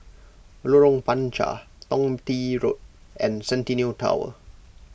Lorong Panchar Thong Bee Road and Centennial Tower